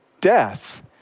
death